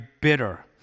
bitter